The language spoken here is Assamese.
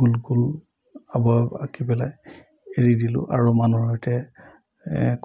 গোল গোল অবয়ব আঁকি পেলাই এৰি দিলোঁ আৰু মানুহৰ সৈতে